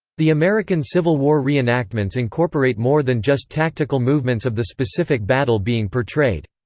the american civil war reenactments incorporate more than just tactical movements of the specific battle being portrayed.